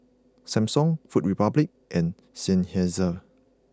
Samsung Food Republic and Seinheiser